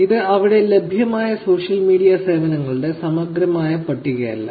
ഇത് അവിടെ ലഭ്യമായ സോഷ്യൽ മീഡിയ സേവനങ്ങളുടെ സമഗ്രമായ പട്ടികയല്ല